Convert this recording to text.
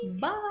bye